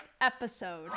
episode